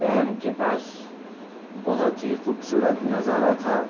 dam کے پاس بہت ہی خوبصورت نظارہ تھا